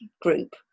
group